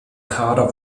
kader